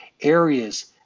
areas